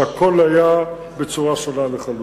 שהכול היה בצורה שונה לחלוטין.